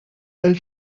als